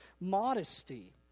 modesty